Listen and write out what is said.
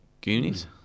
Goonies